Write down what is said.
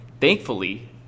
thankfully